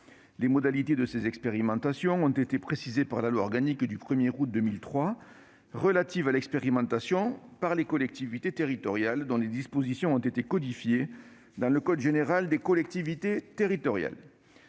Les modalités de ces expérimentations ont été précisées par la loi organique du 1 août 2003 relative à l'expérimentation par les collectivités territoriales, dont les dispositions ont été codifiées dans le code général des collectivités territoriales.